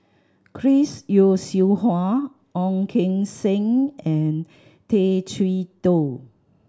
Chris Yeo Siew Hua Ong Keng Sen and Tay Chee Toh